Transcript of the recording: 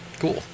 Cool